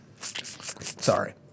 Sorry